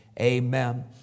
amen